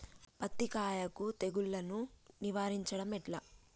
పత్తి కాయకు తెగుళ్లను నివారించడం ఎట్లా?